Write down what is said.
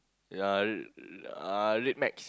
ya uh red max